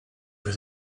with